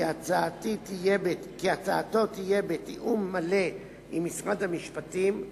כי הצעתו תהיה בתיאום מלא עם משרד המשפטים,